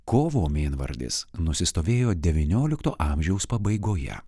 kovo mėnvardis nusistovėjo devyniolikto amžiaus pabaigoje